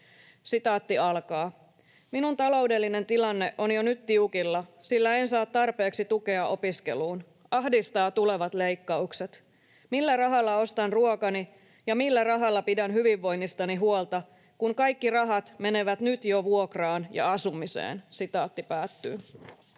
henkilöltä.” ”Minun taloudellinen tilanteeni on jo nyt tiukilla, sillä en saa tarpeeksi tukea opiskeluun. Ahdistaa tulevat leikkaukset. Millä rahalla ostan ruokani ja millä rahalla pidän hyvinvoinnistani huolta, kun kaikki rahat menevät nyt jo vuokraan ja asumiseen?” ”Joutuisin